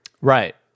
Right